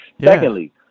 secondly